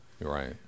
Right